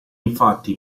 infatti